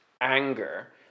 anger